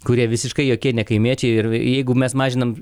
kurie visiškai jokie ne kaimiečiai ir jeigu mes mažinam